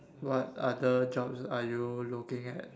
what other jobs are you looking at